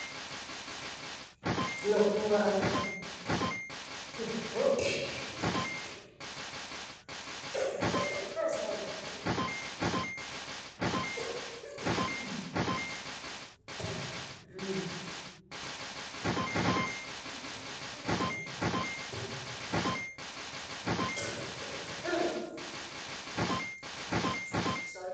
Noku a'adina